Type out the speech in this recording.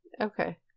Okay